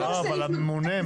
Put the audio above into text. לא, אבל לממונה.